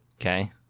Okay